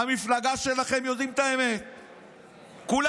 המפלגה שלכם יודעים את האמת, כולם,